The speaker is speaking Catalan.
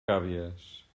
gàbies